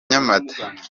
nyamata